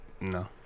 No